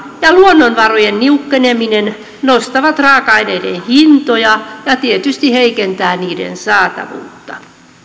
ja ja luonnonvarojen niukkeneminen nostaa raaka aineiden hintoja ja tietysti heikentää niiden saatavuutta